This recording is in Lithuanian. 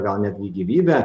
gal netgi gyvybę